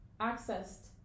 accessed